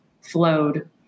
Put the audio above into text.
flowed